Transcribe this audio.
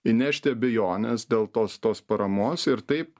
įnešti abejones dėl tos tos paramos ir taip